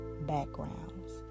backgrounds